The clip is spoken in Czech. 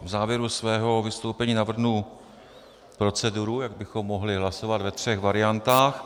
V závěru svého vystoupení navrhnu proceduru, jak bychom mohli hlasovat ve třech variantách.